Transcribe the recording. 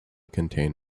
contain